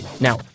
now